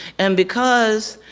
and because,